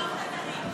עד חמש